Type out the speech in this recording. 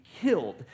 killed